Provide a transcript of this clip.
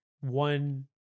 one